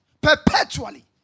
perpetually